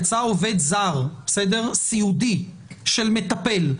יצא עובד זר סיעודי של מטפל,